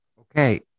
okay